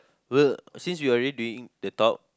we'll since we we are already doing the talk